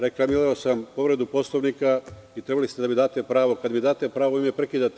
Reklamirao sam povredu Poslovnika i trebali ste da mi date pravo, a vi me prekidate.